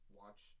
watch